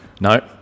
No